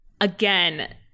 Again